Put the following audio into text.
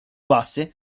basse